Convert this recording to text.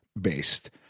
based